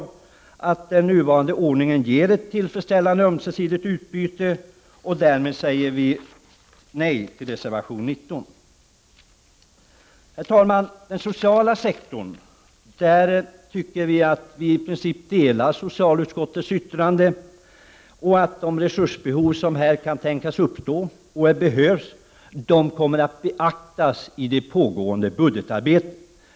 Vi tycker att den nuvarande ordningen ger ett tillfredsställande ömsesidigt utbyte. Därmed säger vi nej till reservation 19. Herr talman! Rörande den sociala sektorn delar vi i princip den uppfatt ning som framkommer i socialutskottets yttrande. De resursbehov som här kan tänkas uppstå kommer att beaktas i det pågående budgetarbetet.